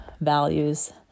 values